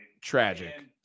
Tragic